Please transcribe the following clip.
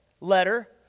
letter